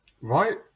right